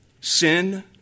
Sin